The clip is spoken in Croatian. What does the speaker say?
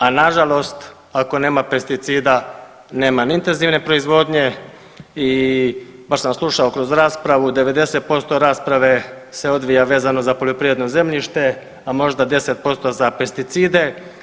A nažalost ako nema pesticida nema ni intenzivne proizvodnje i baš sam slušao kroz raspravu, 90% se odvija vezano za poljoprivredno zemljište, a možda 10% za pesticide.